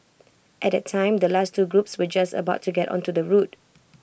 at that time the last two groups were just about to get onto the route